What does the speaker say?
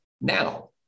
now